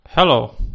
Hello